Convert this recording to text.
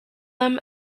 them